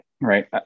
right